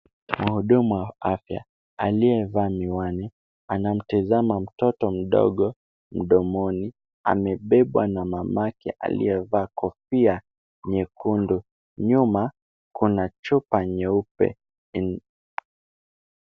Mhudumu wa afya aliyevaa miwani, anamtazama mtoto mdogo mdomoni amebebwa na mamake alioyevaa kofia nyekundu. Nyuma kuna chupa nyeupe.